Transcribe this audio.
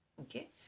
Okay